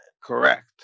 Correct